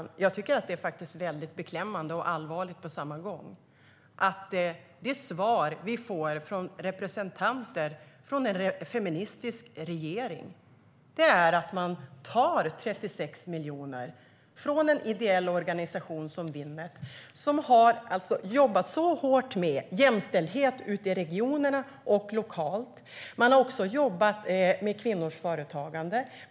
Herr talman! Det är beklämmande och allvarligt att det svar vi får från representanter för en feministisk regering är att man tar 36 miljoner från den ideella organisationen Winnet, som har jobbat hårt med jämställdhet i regionerna och lokalt. De har också jobbat med kvinnors företagande.